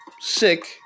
sick